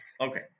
Okay